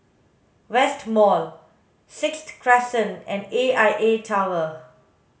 West Mall Sixth Crescent and A I A Tower